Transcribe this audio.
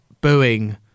booing